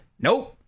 nope